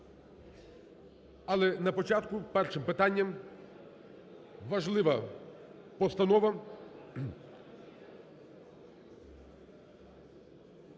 Але на початку першим питанням важлива постанова,